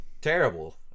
terrible